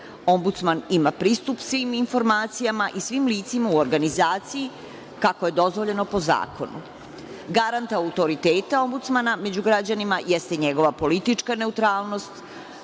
Ombudsman ima pristup svim informacijama i svim licima u organizaciji kako je dozvoljeno po zakonu. Garanta autoriteta ombudsmana, među građanima, jeste njegova politička neutralnost,